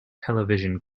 television